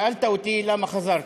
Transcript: שאלת אותי למה חזרתי.